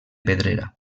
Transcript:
pedrera